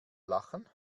lachen